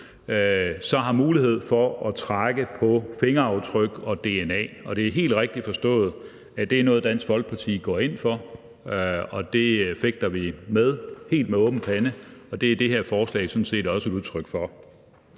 har mulighed for at trække på fingeraftryk og dna. Det er helt rigtigt forstået, at det er noget, Dansk Folkeparti går ind for. Der fægter vi helt med åben pande, og det er det her forslag sådan set også udtryk for.